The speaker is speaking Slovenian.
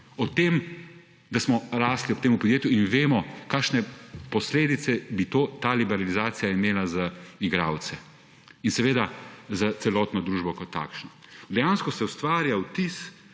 ob tem, da smo rastli ob tem podjetju in vemo, kakšne posledice bi ta liberalizacija imela za igralce in seveda za celotno družbo kot takšno. Dejansko se ustvarja vtis,